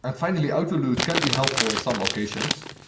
and finally auto loot can be helpful in some occasions,